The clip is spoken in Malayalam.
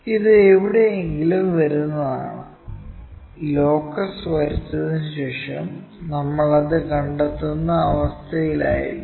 ഇത് എവിടെയെങ്കിലും വരുന്നതാണ് ലോക്കസ് വരച്ചതിനുശേഷം നമ്മൾ അത് കണ്ടെത്തുന്ന അവസ്ഥയിലായിരിക്കും